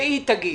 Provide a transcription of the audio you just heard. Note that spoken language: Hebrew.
שהיא תגיד,